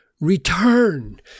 Return